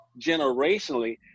generationally